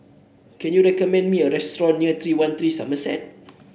can you recommend me a restaurant near three one three Somerset